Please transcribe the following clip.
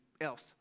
else